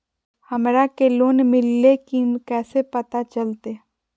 हमरा के लोन मिल्ले की न कैसे पता चलते?